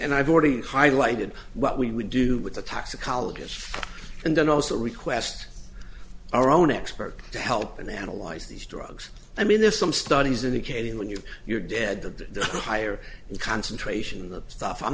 i've already highlighted what we would do with the toxicologist and then also request our own expert to help and analyze these drugs i mean there's some studies indicating when you you're dead to a higher concentration in the stuff i'm